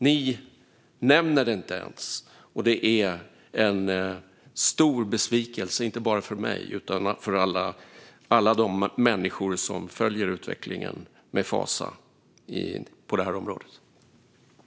Ni nämner det inte ens. Det är en stor besvikelse, inte bara för mig utan för alla de människor som följer utvecklingen på det här området med fasa.